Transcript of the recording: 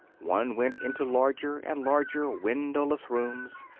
one went into larger and larger windowless rooms,